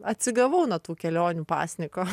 atsigavau nuo tų kelionių pasninko